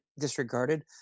disregarded